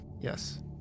Yes